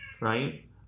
Right